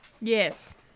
yes